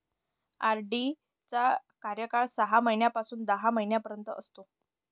RD चा कार्यकाळ सहा महिन्यापासून दहा महिन्यांपर्यंत असतो